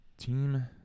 Team